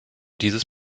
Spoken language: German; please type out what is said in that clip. dieses